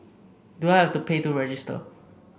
do I have to pay to register